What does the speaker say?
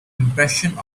impression